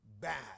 bad